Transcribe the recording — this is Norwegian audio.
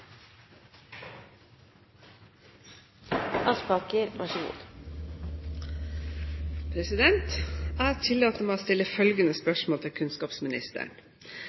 Jeg tillater meg å stille følgende spørsmål til kunnskapsministeren: